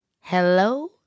Hello